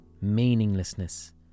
meaninglessness